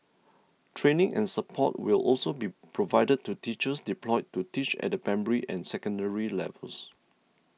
training and support will also be provided to teachers deployed to teach at the primary or secondary levels